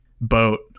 boat